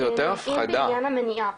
זה עדיין בעניין המניעה.